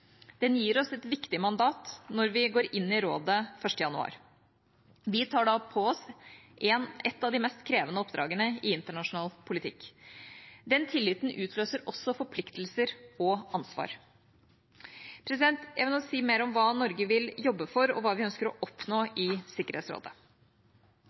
Den gir oss et viktig mandat når vi trer inn i rådet 1. januar. Vi tar da på oss et av de mest krevende oppdragene i internasjonal politikk. Den tilliten utløser også forpliktelser og ansvar. Jeg vil nå si mer om hva Norge vil jobbe for, og hva vi ønsker å oppnå